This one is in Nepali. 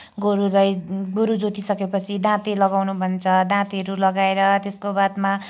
गोरुलाई गोरू जोति सकेपछि दाँते लगाउनु भन्छ दाँतेहरू लगाएर त्यसको बादमा